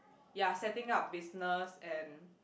ya setting up business and